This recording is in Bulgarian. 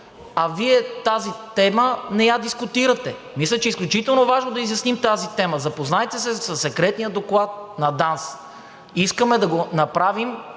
а Вие тази тема не я дискутирате. Мисля, че е изключително важно да изясним тази тема. Запознайте се със секретния доклад на ДАНС. Искаме да го направим,